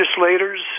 legislators